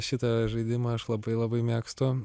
šitą žaidimą aš labai labai mėgstu